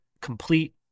complete